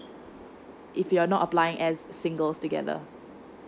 if you're not applying as singles together